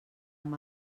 amb